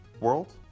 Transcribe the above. World